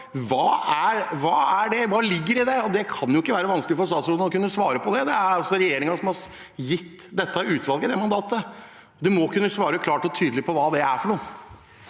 Hva ligger i dette? Det kan ikke være vanskelig for statsråden å kunne svare på det. Det er regjeringen som har gitt dette utvalget det mandatet. Han må kunne svare klart og tydelig på hva det er for noe.